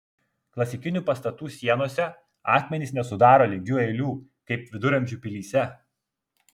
klasikinių pastatų sienose akmenys nesudaro lygių eilių kaip viduramžių pilyse